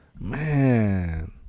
Man